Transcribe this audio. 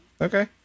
Okay